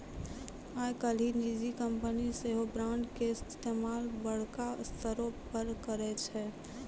आइ काल्हि निजी कंपनी सेहो बांडो के इस्तेमाल बड़का स्तरो पे करै छै